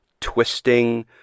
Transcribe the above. twisting